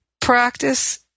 practice